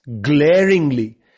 glaringly